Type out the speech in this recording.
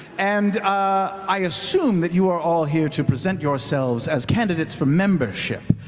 and i assume that you are all here to present yourselves as candidates for membership.